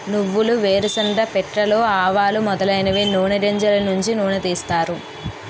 నువ్వులు వేరుశెనగ పిక్కలు ఆవాలు మొదలైనవి నూని గింజలు నుంచి నూనె తీస్తారు